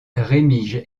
rémiges